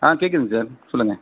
ஆ கேட்குதுங்க சார் சொல்லுங்கள்